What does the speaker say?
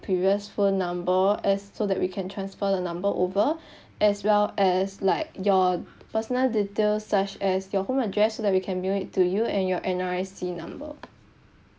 previous phone number as so that we can transfer the number over as well as like your personal details such as your home address so that we can mail it to you and your N_R_I_C number